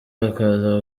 bakaza